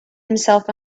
himself